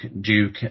Duke